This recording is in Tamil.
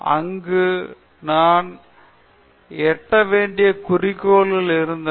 அங்கு நாம் எட்ட வேண்டிய குறிக்கோள்கள் இருந்தன